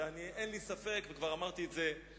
ואני, אין לי ספק, וכבר אמרתי את זה בלילה